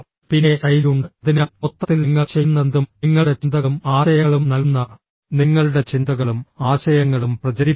പിന്നെ ശൈലിയുണ്ട് അതിനാൽ മൊത്തത്തിൽ നിങ്ങൾ ചെയ്യുന്നതെന്തും നിങ്ങളുടെ ചിന്തകളും ആശയങ്ങളും നൽകുന്ന നിങ്ങളുടെ ചിന്തകളും ആശയങ്ങളും പ്രചരിപ്പിക്കുക